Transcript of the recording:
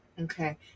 okay